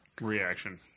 reaction